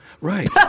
Right